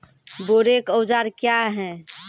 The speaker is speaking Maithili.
बोरेक औजार क्या हैं?